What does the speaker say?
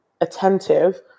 attentive